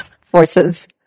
forces